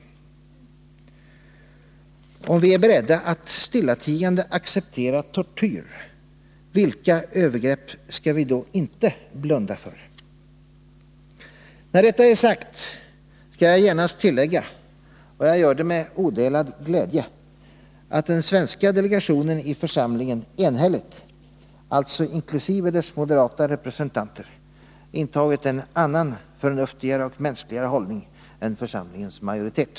Om vi är beredda att stillatigande acceptera tortyr, vilka övergrepp skall vi då inte blunda för? När detta är sagt skall jag genast tillägga — och jag gör det med odelad glädje — att den svenska delegationen i församlingen enhälligt, alltså inkl. sina moderata representanter, intagit en annan, förnuftigare och mänskli gare hållning än församlingens majoritet.